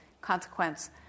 consequence